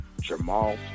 Jamal